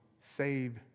save